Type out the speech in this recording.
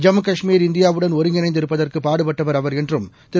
ஜம்மு காஷ்மீர் இந்தியாவுடன் ஒருங்கிணைந்து இருப்பதற்கு பாடுபட்டவர் அவர் என்றும் திரு